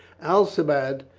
alcibiade,